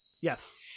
Yes